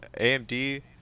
AMD